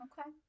okay